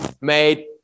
made